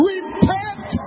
Repent